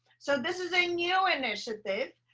so this is a new initiative.